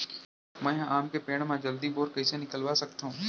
मैं ह आम के पेड़ मा जलदी बौर कइसे निकलवा सकथो?